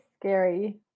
scary